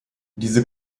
diese